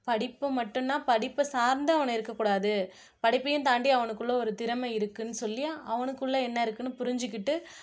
படிப்பு மட்டுன்னா படிப்பை சார்ந்து அவன் இருக்கக்கூடாது படிப்பையும் தாண்டி அவனுக்குள்ள ஒரு திறமை இருக்குதுன்னு சொல்லி அவனுக்குள்ளே என்ன இருக்குதுன்னு புரிஞ்சுக்கிட்டு